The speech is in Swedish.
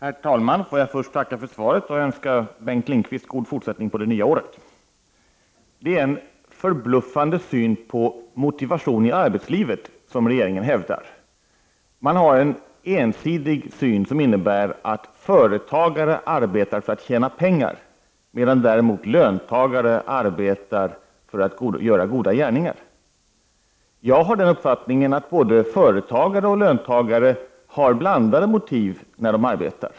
Herr talman! Jag vill först tacka för svaret och önska Bengt Lindqvist god fortsättning på det nya året. Det är en förbluffande syn på motivationen i arbetslivet som regeringen hävdar. Regeringen har en ensidig syn som innebär att företagare arbetar för att tjäna pengar, medan däremot löntagare arbetar för att göra goda gärningar. Jag har den uppfattningen att både företagare och löntagare har blandade motiv när de arbetar.